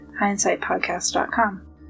hindsightpodcast.com